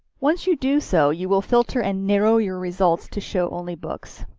once you do so, you will filter and narrow your results to show only books.